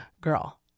girl